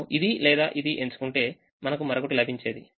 మనము ఇది లేదా ఇది ఎంచుకుంటే మనకు మరొకటి లభించేది